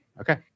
Okay